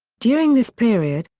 during this period,